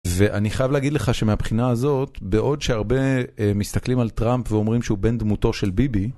ואני חייב להגיד לך שמבחינה הזאת בעוד שהרבה מסתכלים על טראמפ ואומרים שהוא בן דמותו של ביבי